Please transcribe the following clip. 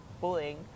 bullying